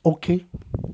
okay